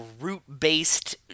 root-based